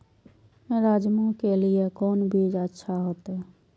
राजमा के लिए कोन बीज अच्छा होते?